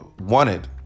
wanted